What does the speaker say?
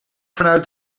vanuit